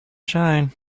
shine